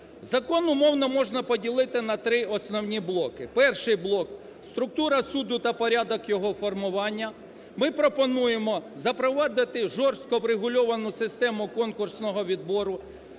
Закон умовно можна поділити на три основні блоки. Перший блок – структура суду та порядок його формування. Ми пропонуємо запровадити жорстко врегульовану систему конкурсного відбору.